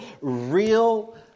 real